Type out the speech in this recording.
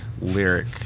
lyric